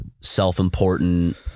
self-important